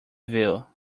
view